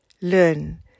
learn